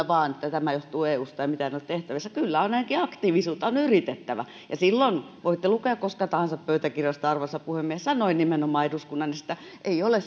vain tämä johtuu eusta ja mitään ei ole tehtävissä että kyllä on ainakin oltava aktiivisuutta ja on yritettävä silloin arvoisa puhemies voitte lukea koska tahansa pöytäkirjoista nimenomaan sanoin eduskunnan edessä että ei ole